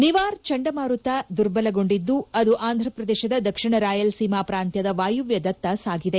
ನಿವಾರ್ ಚಂಡಮಾರುತ ದುರ್ಬಲಗೊಂಡಿದ್ದು ಅದು ಆಂಧ್ರಪ್ರದೇಶದ ದಕ್ಷಿಣ ರಾಯಲಸೀಮಾ ಪ್ರಾಂತ್ಯದ ವಾಯುವ್ಯದತ್ತ ಸಾಗಿದೆ